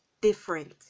different